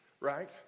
right